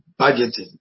budgeting